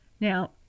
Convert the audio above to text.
Now